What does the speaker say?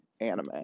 anime